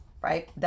right